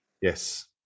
Yes